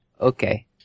okay